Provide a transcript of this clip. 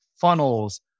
funnels